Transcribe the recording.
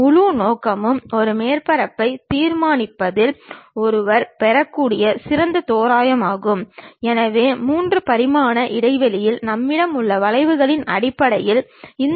குவி எறியத்தில் பொருளானது சிறியதாகவோ அல்லது பெரியதாகவோ தோன்றும் ஏனென்றால் இந்த அனைத்து புள்ளிகளும் ஒரு தளத்தின் குவியும்